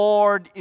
Lord